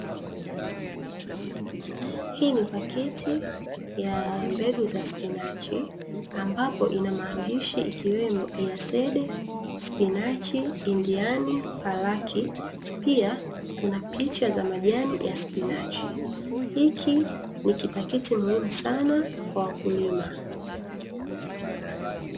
Hii ni pakiti ya mbegu za spinachi ambapo ina maandishi ikiwemo "EA SEED, SPINACH, INDIAN FALAK" pia kuna picha za majani ya spinachi hiki ni kipakiti muhimu sana kwa wakulima.